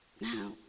Now